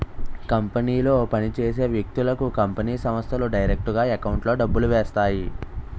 కంపెనీలో పని చేసే వ్యక్తులకు కంపెనీ సంస్థలు డైరెక్టుగా ఎకౌంట్లో డబ్బులు వేస్తాయి